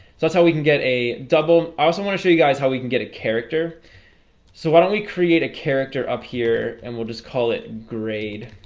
so that's how we can get a double. i also want to show you guys how we can get a character so why don't we create a character up here and we'll just call it grade